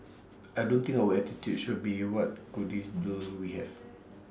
I don't think our attitude should be what goodies do we have